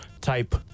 type